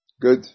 Good